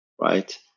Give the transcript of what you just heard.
right